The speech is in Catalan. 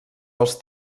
els